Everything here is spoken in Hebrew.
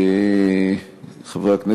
חברי הכנסת,